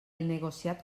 negociat